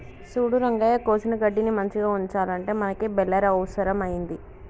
సూడు రంగయ్య కోసిన గడ్డిని మంచిగ ఉంచాలంటే మనకి బెలర్ అవుసరం అయింది